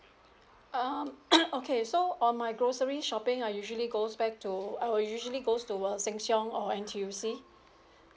um okay so on my grocery shopping I usually goes back to I will usually goes to uh Sheng Siong or N_T_U_C